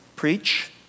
preach